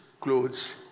clothes